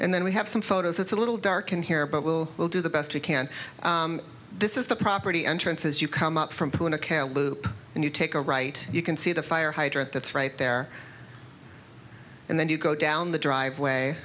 and then we have some photos it's a little dark in here but we'll we'll do the best we can this is the property entrance as you come up from punta cana loop and you take a right you can see the fire hydrant that's right there and then you go down the driveway